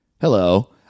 Hello